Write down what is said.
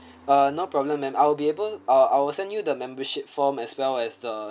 uh no problem ma'am I'll be able ah I will send you the membership form as well as the